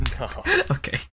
okay